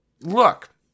look